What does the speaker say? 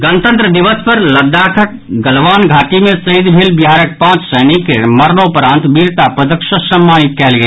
गणतंत्र दिवस पर लद्दाखक गलवान घाटी मे शहीद भेल बिहारक पांच सैनिक के मरणोपरांत वीरता पदक सँ सम्मानित कयल गेल